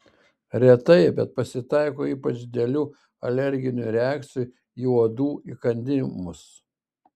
retai bet pasitaiko ypač didelių alerginių reakcijų į uodų įkandimus